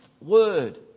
word